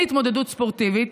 אין התמודדות ספורטיבית.